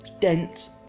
dense